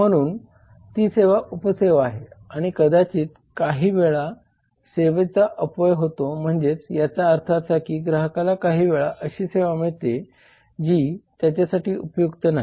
म्हणून ती सेवा उपसेवा आहे आणि कदाचित काही वेळा सेवेचा अपव्यय होतो म्हणजेच याचा अर्थ असा की ग्राहकाला काहीवेळा अशी सेवा मिळते जी त्याच्यासाठी उपयुक्त नाही